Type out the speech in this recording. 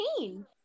18